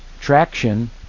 traction